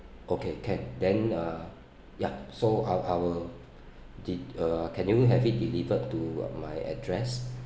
okay can then uh yup so I'll I'll de~ uh can you have it delivered to my address